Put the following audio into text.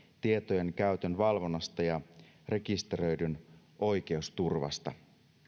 tietojen käytön valvonnasta ja rekisteröidyn oikeusturvasta